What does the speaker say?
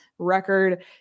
record